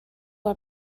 are